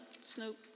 Snoop